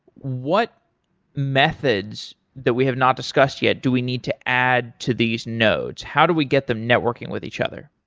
what methods that we have not discussed yet, do we need to add to these nodes? how do we get them networking with each other?